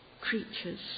creatures